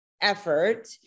effort